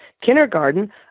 kindergarten